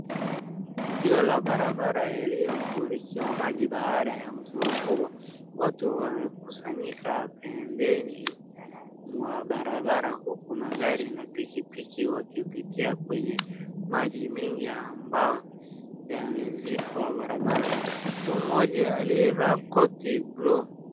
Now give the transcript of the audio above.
Picha ya la barabara iliyofurikiwa maji baada ya mvua kubwa. Watu wamekusanyika pembeni mwa barabara huku magari na pikipiki wakipitia kwenye maji mengi ambayo yameziba barabara. Mtu mmoja aliyevaa koti blue